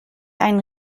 einen